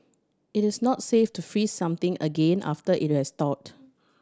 it is not safe to freeze something again after it has thawed